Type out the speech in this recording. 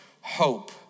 hope